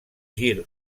gir